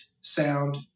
sound